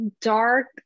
dark